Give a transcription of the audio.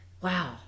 Wow